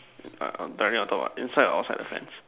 mm uh directly on top ah inside or outside of the fence